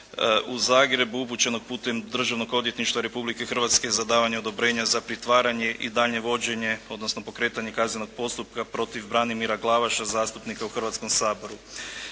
u Zagrebu upućenog putem Državnog odvjetništva Republike Hrvatske za davanje odobrenja za pritvaranje i daljnje vođenje odnosno pokretanje kaznenog postupka protiv Branimira Glavaša zastupnika u Hrvatskom saboru.